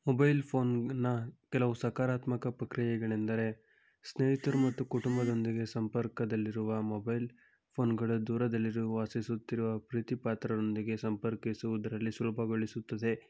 mobile ಫೋನ್ನ ಕೆಲವು ಸಕರಾತ್ಮಕ ಪ್ರಕ್ರಿಯೆಗಳೆಂದರೆ ಸ್ನೇಹಿತರು ಮತ್ತು ಕುಟುಂಬದೊಂದಿಗೆ ಸಂಪರ್ಕದಲ್ಲಿರುವ ಮೊಬೈಲ್ ಫೋನ್ಗಳು ದೂರದಲ್ಲಿ ವಾಸಿಸುತ್ತಿರುವ ಪ್ರೀತಿ ಪಾತ್ರರೊಂದಿಗೆ ಸಂಪರ್ಕಿಸುವುದರಲ್ಲಿ ಸುಲಭಗೊಳಿಸುತ್ತದೆ